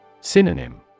Synonym